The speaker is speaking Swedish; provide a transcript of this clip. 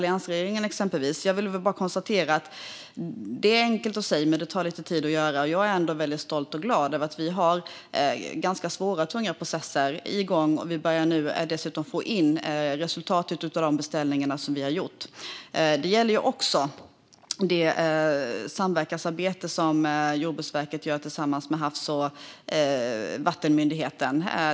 Jag vill konstatera att detta är enkelt att säga men tar lite tid att göra. Jag är väldigt stolt och glad över att vi har ganska svåra och tunga processer igång. Vi börjar nu dessutom få in resultaten av de beställningar som vi har gjort. Det gäller också det samverkansarbete som Jordbruksverket gör tillsammans med Havs och vattenmyndigheten.